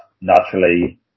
naturally